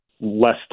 less